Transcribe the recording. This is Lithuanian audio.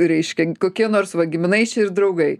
reiškia kokie nors va giminaičiai ir draugai